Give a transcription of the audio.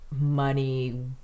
money